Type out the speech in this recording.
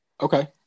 Okay